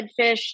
redfish